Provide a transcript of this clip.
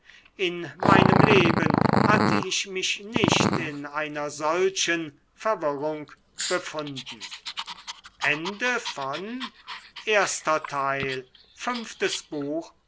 in meinem leben hatte ich mich nicht in einer solchen verwirrung befunden